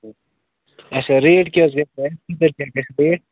اچھا ریٹ کیٛاہ حظ گَژھِ اتھ ہُپٲرۍ کیٛاہ گَژھِ ریٹ